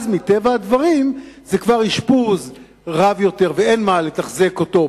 מטבע הדברים זה כבר אשפוז רב יותר ואין מה לתחזק אותו פעמיים,